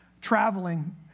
traveling